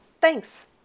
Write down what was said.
Thanks